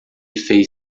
fez